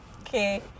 Okay